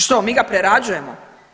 Što mi ga prerađujemo?